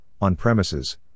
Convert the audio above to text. on-premises